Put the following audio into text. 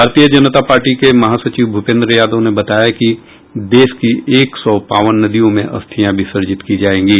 भारतीय जनता पार्टी के महासचिव भूपेंद्र यादव ने बताया कि देश की एक सौ पावन नदियों में अस्थियां विसर्जित की जाएंगी